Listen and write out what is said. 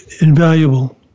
invaluable